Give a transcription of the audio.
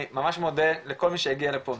אני ממש מודה לכל מי שהגיע לפה,